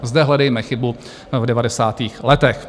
Zde hledejme chybu v devadesátých letech.